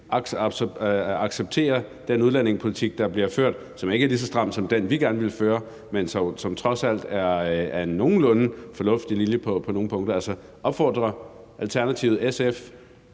acceptere den udlændingepolitik, der bliver ført, som ikke er lige så stram som den, vi gerne vil føre, men som trods alt er nogenlunde fornuftig lige på nogle punkter. Altså, opfordrer Alternativet SF